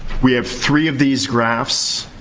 we have three of these graphs.